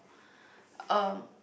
um